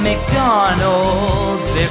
McDonald's